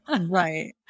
right